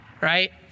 right